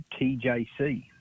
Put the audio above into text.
TJC